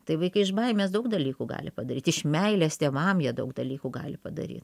tai vaikai iš baimės daug dalykų gali padaryt iš meilės tėvam jie daug dalykų gali padaryt